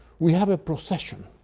we have a procession,